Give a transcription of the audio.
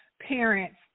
parents